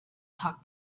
talk